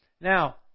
Now